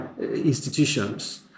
institutions